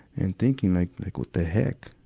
and thinking like what the heck,